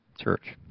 church